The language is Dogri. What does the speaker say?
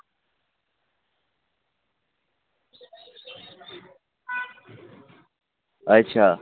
अच्छा